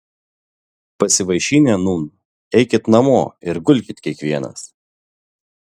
pasivaišinę nūn eikit namo ir gulkit kiekvienas